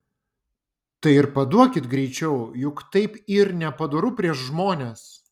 tai ir paduokit greičiau juk taip yr nepadoru prieš žmones